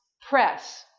press